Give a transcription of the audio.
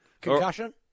Concussion